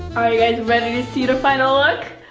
all right yeah see the final look?